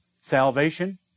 Salvation